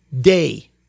day